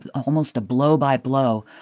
almost a blow by blow,